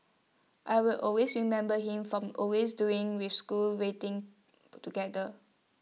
I will always remember him from always doing with school rating altogether